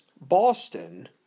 Boston